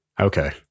Okay